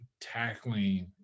tackling